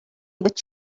what